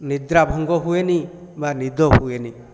ନିଦ୍ରା ଭଙ୍ଗ ହୁଏନି ବା ନିଦ ହୁଏନି